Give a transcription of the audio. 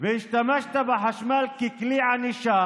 והשתמשת בחשמל ככלי ענישה